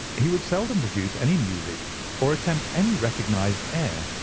he would seldom produce any music or attempt any recognized air.